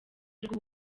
rw’u